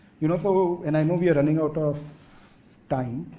you know so, and i know we're running out of time.